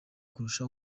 kurusha